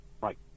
Right